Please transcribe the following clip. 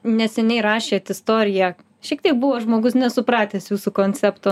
neseniai rašėt istoriją šiek tiek buvo žmogus nesupratęs jūsų koncepto